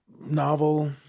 novel